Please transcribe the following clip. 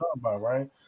right